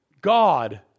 God